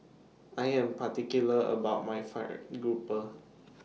I Am particular about My Fried Grouper